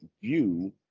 view